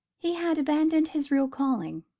he had abandoned his real calling,